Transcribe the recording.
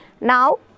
Now